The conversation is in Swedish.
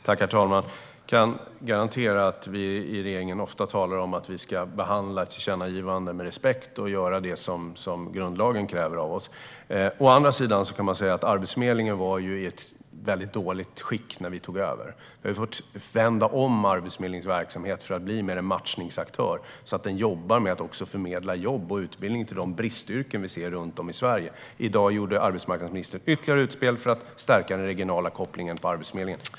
Herr talman! Jag kan garantera att vi i regeringen ofta talar om att vi ska behandla tillkännagivanden med respekt och att vi ska göra det som grundlagen kräver av oss. Å andra sidan kan man säga att Arbetsförmedlingen var i mycket dåligt skick när vi tog över. Vi har fått vända om Arbetsförmedlingens verksamhet för att man ska bli mer av en matchningsaktör, så att man också arbetar med att förmedla jobb och utbildning till de bristyrken som vi ser runt om i Sverige. I dag gjorde arbetsmarknadsministern ytterligare utspel för att stärka Arbetsförmedlingens regionala koppling.